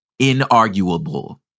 inarguable